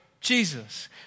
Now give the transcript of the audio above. Jesus